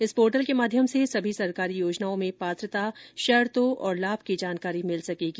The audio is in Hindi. इस पोर्टल के माध्यम से सभी सरकारी योजनाओं में पात्रता शर्तो और लाभ की जानकारी मिल सकेगी